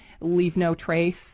leave-no-trace